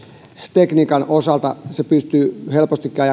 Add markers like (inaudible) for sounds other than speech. tekniikan osalta se pystyy helpostikin (unintelligible)